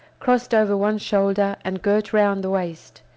crossed over one shoulder and girt round the waist.